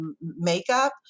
makeup